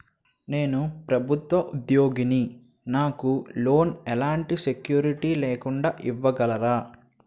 నేను ప్రభుత్వ ఉద్యోగిని, నాకు లోన్ ఎలాంటి సెక్యూరిటీ లేకుండా ఇవ్వగలరా?